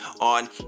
on